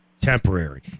temporary